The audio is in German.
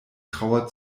trauer